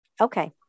Okay